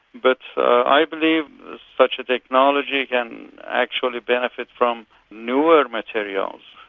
but i believe such a technology can actually benefit from newer materials.